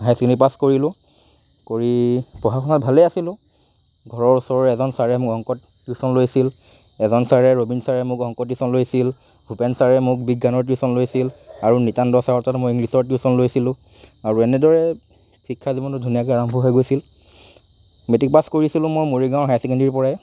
higher secondary pass কৰিলোঁ কৰি পঢ়া শুনাত ভালেই আছিলোঁ ঘৰৰ ওচৰৰ এজন চাৰে মোক অংকত টিউশ্যন লৈছিল এজন চাৰে ৰবিন চাৰে মোক অংক টিউশ্যন লৈছিল ভূপেন চাৰে মোক বিজ্ঞানৰ টিউশ্যন লৈছিল আৰু নিত্যানন্দ চাৰৰ তাত মই ইংলিছৰ টিউশ্যন লৈছিলোঁ আৰু এনেদৰে শিক্ষা জীৱনটো ধুনীয়াকৈ আৰম্ভ হৈ গৈছিল মেট্ৰিক পাছ কৰিছিলোঁ মই মৰিগাঁৱৰ হায়াৰ ছেকেণ্ডেৰীৰ পৰাই